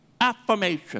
affirmation